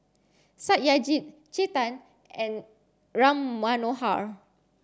Satyajit Chetan and Ram Manohar